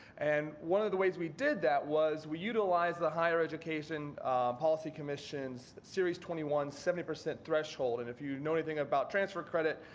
and one of the ways we did that was we utilized the higher education policy commission's series twenty one seventy percent threshold and if you know anything about transfer credit,